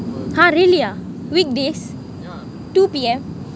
!huh! really ah weekdays two P_M